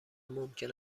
ممکن